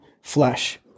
flesh